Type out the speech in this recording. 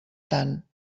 tant